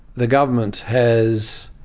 the government has,